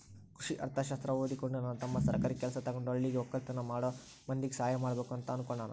ಕೃಷಿ ಅರ್ಥಶಾಸ್ತ್ರ ಓದಿಕೊಂಡು ನನ್ನ ತಮ್ಮ ಸರ್ಕಾರಿ ಕೆಲ್ಸ ತಗಂಡು ಹಳ್ಳಿಗ ವಕ್ಕಲತನ ಮಾಡೋ ಮಂದಿಗೆ ಸಹಾಯ ಮಾಡಬಕು ಅಂತ ಅನ್ನುಕೊಂಡನ